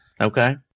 okay